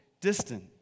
distant